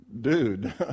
dude